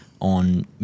on